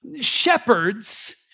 Shepherds